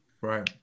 Right